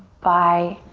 by